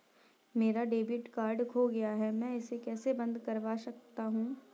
मेरा debit card खो गया है मैं इसे कैसे बंद करवा सकता हूँ?